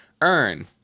earn